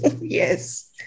Yes